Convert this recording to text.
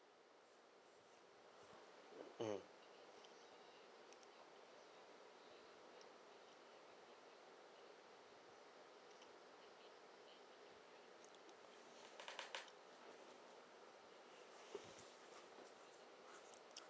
mm